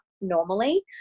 normally